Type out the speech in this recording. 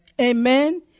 Amen